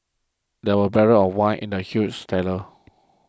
there were barrels of wine in the huge cellar